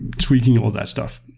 tweaking all that stuff.